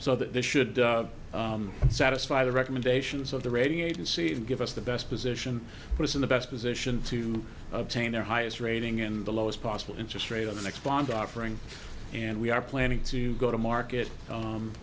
so that this should satisfy the recommendations of the rating agency and give us the best position for us in the best position to obtain their highest rating in the lowest possible interest rate of the next bond offering and we are planning to go to market